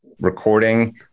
recording